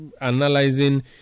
analyzing